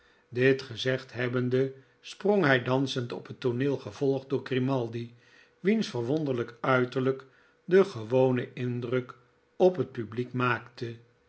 dit gezegd hebbende spronghij dansend op het tooneel gevolgd door grimaldi wiens verwonderlijk uiterlljk den gewonen indruk op het publiek maakte